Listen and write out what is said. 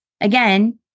Again